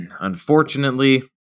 Unfortunately